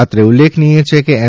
અત્રે ઉલ્લેખનીય છે કે એમ